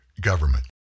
government